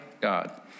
God